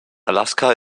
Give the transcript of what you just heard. alaska